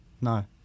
No